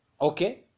Okay